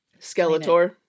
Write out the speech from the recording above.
Skeletor